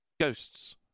ghosts